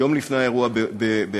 יום לפני האירוע בהר-דב,